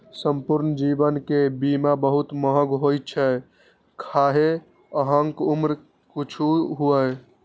संपूर्ण जीवन के बीमा बहुत महग होइ छै, खाहे अहांक उम्र किछुओ हुअय